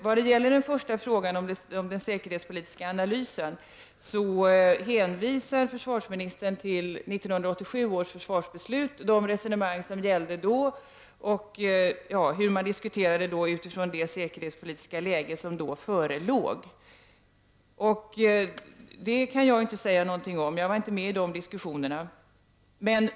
När det gäller den första frågan, om den säkerhetspolitiska analysen, hänvisar försvarsministern till 1987 års försvarsbeslut och de resonemang som gällde då — hur man diskuterade utifrån det säkerhetspolitiska läge som då - förelåg. Det kan jag inte säga någonting om. Jag var inte med i de diskussionerna.